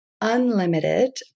unlimited